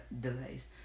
delays